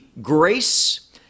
grace